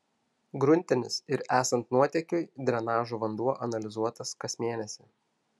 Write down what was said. gruntinis ir esant nuotėkiui drenažo vanduo analizuotas kas mėnesį